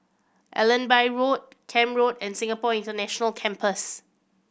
Allenby Road Camp Road and Singapore International Campus